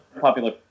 popular